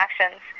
actions